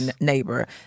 neighbor